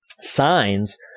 signs